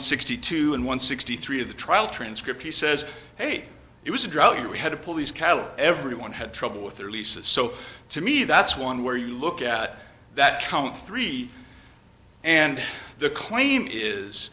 two and one sixty three of the trial transcript he says hey it was a drug we had to pull these cattle everyone had trouble with their leases so to me that's one where you look at that count three and the claim is